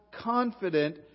confident